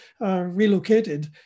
relocated